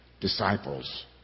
disciples